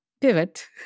pivot